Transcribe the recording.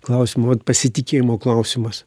klausimą vat pasitikėjimo klausimas